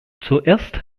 zuerst